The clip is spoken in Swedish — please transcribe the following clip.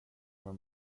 med